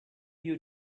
you